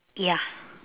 ya